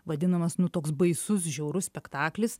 vadinamas nu toks baisus žiaurus spektaklis